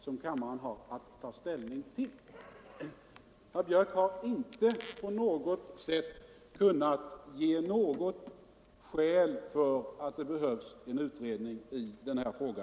Jag vill än en gång konstatera att herr Björck inte på något sätt kunnat anföra skäl för att det behövs en utredning i denna fråga.